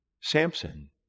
Samson